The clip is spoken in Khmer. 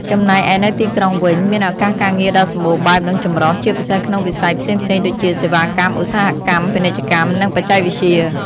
ចំណែកឯនៅទីក្រុងវិញ មានឱកាសការងារដ៏សម្បូរបែប និងចម្រុះ ជាពិសេសក្នុងវិស័យផ្សេងៗដូចជា សេវាកម្ម ឧស្សាហកម្ម ពាណិជ្ជកម្ម និងបច្ចេកវិទ្យា។